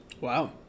Wow